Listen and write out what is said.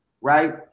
right